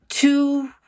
Two